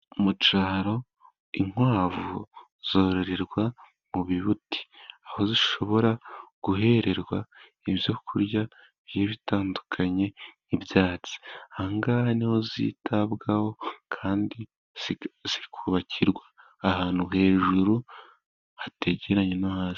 Mu cyaro inkwavu zororerwa mu bibuti. Aho zishobora guhererwa ibyo kurya bigiye bitandukanye nk'ibyatsi, ahangahe ni ho zitabwaho kandi zikubakirwa ahantu hejuru, hatetegeranye no hasi.